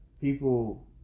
People